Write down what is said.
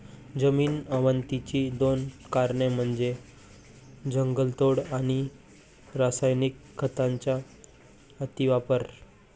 जमीन अवनतीची दोन कारणे म्हणजे जंगलतोड आणि रासायनिक खतांचा अतिवापर